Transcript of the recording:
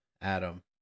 Adam